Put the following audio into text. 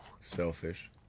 Selfish